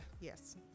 yes